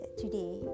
today